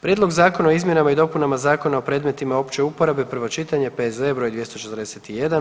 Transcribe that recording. Prijedlog Zakona o izmjenama i dopunama Zakona o predmetima opće uporabe, prvo čitanje P.Z.E. broj 241.